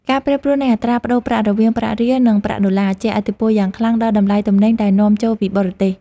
ការប្រែប្រួលនៃអត្រាប្តូរប្រាក់រវាងប្រាក់រៀលនិងប្រាក់ដុល្លារ ជះឥទ្ធិពលយ៉ាងខ្លាំងដល់តម្លៃទំនិញដែលនាំចូលពីបរទេស។